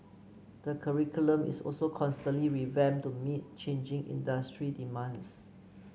the curriculum is also constantly revamped to meet changing industry demands